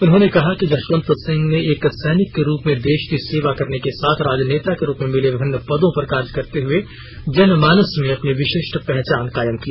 उन्होंने कहा कि जसवंत सिंह ने एक सैनिक के रूप में देश की सेवा करने के साथ राजनेता के रूप में मिले विभिन्न पदों पर कार्य करते हुए जनमानस में अपनी विशिष्ट पहचान कायम की